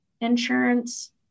insurance